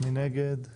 מי נגד?